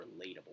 relatable